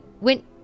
went